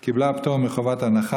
קיבלה פטור מחובת הנחה,